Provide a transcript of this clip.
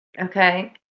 Okay